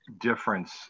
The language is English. difference